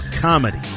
comedy